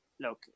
Look